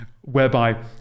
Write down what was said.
whereby